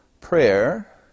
prayer